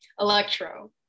Electro